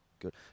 good